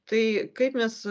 tai kaip mes